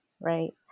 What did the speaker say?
right